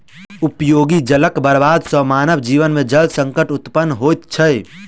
उपयोगी जलक बर्बादी सॅ मानव जीवन मे जल संकट उत्पन्न होइत छै